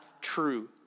true